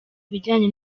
ibijyanye